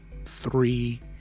three